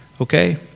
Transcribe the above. Okay